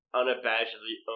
unabashedly